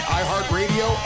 iHeartRadio